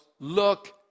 look